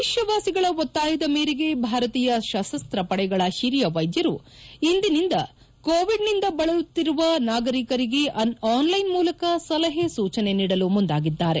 ದೇಶವಾಸಿಗಳ ಒತ್ತಾಯದ ಮೇರೆಗೆ ಭಾರತೀಯ ಸಶಸ್ತ ಪಡೆಗಳ ಹಿರಿಯ ವೈದ್ಯರು ಇಂದಿನಿಂದ ಕೋವಿಡ್ನಿಂದ ಬಳಲುತ್ತಿರುವ ನಾಗರಿಕರಿಗೆ ಆನ್ಲ್ಲೆನ್ ಮೂಲಕ ಸಲಹೆ ಸೂಚನೆ ನೀಡಲು ಮುಂದಾಗಿದ್ದಾರೆ